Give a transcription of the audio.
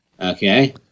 okay